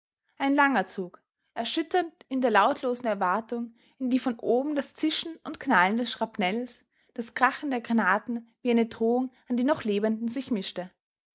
ein langer zug erschütternd in der lautlosen erwartung in die von oben das zischen und knallen der schrapnells das krachen der granaten wie eine drohung an die noch lebenden sich mischte